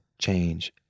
change